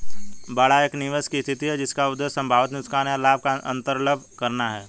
बाड़ा एक निवेश की स्थिति है जिसका उद्देश्य संभावित नुकसान या लाभ को अन्तर्लम्ब करना है